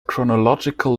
chronological